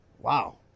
Wow